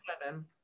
seven